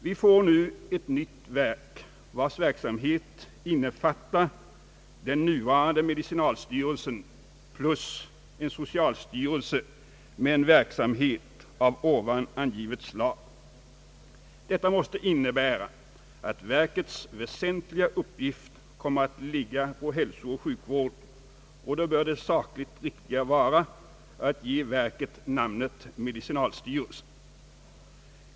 Vi får nu ett nytt verk, vars verksamhetsområde skall innefatta den nuvarande medicinalstyrelsen samt en socialstyrelse med en verksamhet av ovan angivet slag. Detta måste innebära att verkets väsentliga uppgift kommer att ligga på hälsooch sjukvården. Det sakligt riktiga bör då vara att ge verket namnet medicinalstyrelsen.